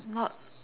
not